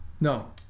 No